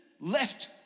left